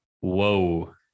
Whoa